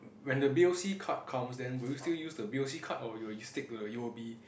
when the bill C card comes then will you still use the bill C card or you will still stick to the u_o_b